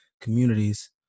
communities